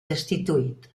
destituït